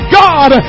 god